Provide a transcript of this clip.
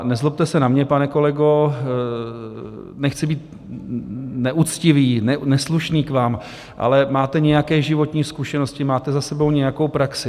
Nezlobte se na mě, pane kolego, nechci být neuctivý, neslušný k vám, ale máte nějaké životní zkušenosti, máte za sebou nějakou praxi.